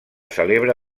celebra